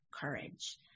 courage